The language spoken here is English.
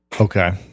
Okay